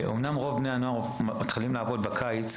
אמנם רוב בני הנוער מתחילים לעבוד בקיץ,